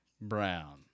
Brown